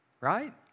right